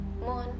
moon